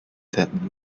that